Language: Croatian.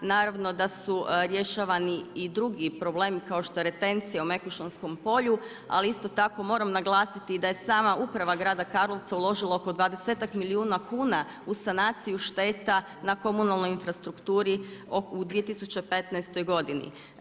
Naravno da su rješavani i drugi problemi kao što je retencija o Mekušanskom polju, ali isto tako moram naglasiti da je sama Uprava grada Karlovca uložila oko dvadesetak milijuna kuna u sanaciju šteta na komunalnoj infrastrukturi u 2015. godini.